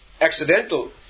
accidental